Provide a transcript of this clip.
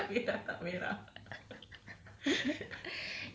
tak merah tak merah